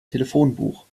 telefonbuch